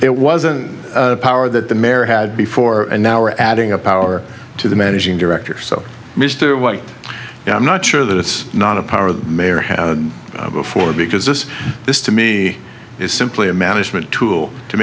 it wasn't a power that the mayor had before and now are adding a power to the managing director so mr white i'm not sure that it's not a power the mayor has before because this this to me is simply a management tool to